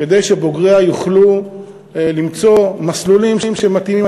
כדי שבוגריה יוכלו למצוא מסלולים שמתאימים.